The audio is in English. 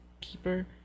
Keeper